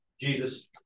Jesus